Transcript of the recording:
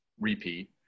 repeat